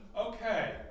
okay